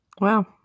Wow